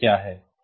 तो यह क्या है